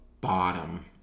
bottom